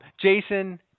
Jason